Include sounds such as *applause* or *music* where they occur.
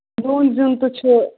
*unintelligible* چھِ